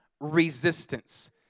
resistance